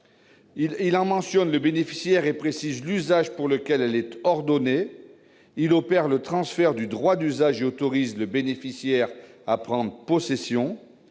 doit mentionner son bénéficiaire, préciser l'usage pour lequel celle-ci est ordonnée, opérer le transfert du droit d'usage et autoriser le bénéficiaire à prendre possession.